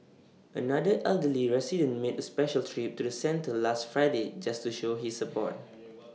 another elderly resident made A special trip to the centre last Friday just to show his support